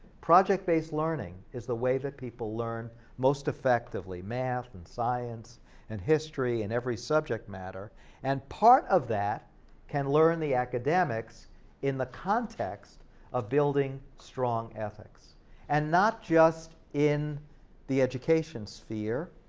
project-based learning is the way that people learn most effectively, math and science and history and every subject matter and part of that can learn the academics in the context of building strong ethics and not just in the education sphere,